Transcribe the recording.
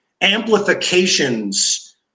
amplifications